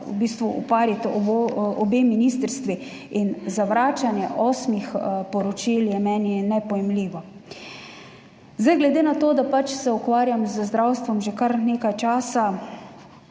v bistvu upariti obe ministrstvi. Zavračanje osmih poročil je meni nepojmljivo. Glede na to, da se ukvarjam z zdravstvom že kar nekaj časa,